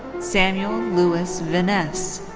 samuel lewis viness.